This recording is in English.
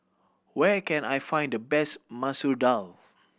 where can I find the best Masoor Dal